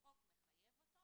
החוק מחייב אותו